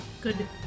Good